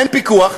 אין פיקוח,